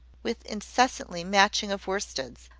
with incessantly matching of worsteds,